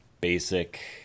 basic